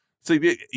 See